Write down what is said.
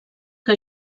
que